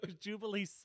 Jubilee